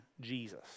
Jesus